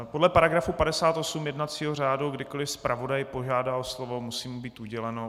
Podle § 58 jednacího řádu kdykoliv zpravodaj požádá o slovo, musí mu být uděleno.